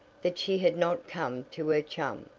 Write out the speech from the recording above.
that she had not come to her chum,